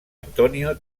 antonio